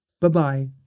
Bye-bye